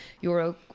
euro